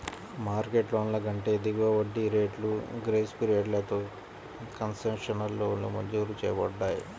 market లోన్ల కంటే దిగువ వడ్డీ రేట్లు, గ్రేస్ పీరియడ్లతో కన్సెషనల్ లోన్లు మంజూరు చేయబడతాయి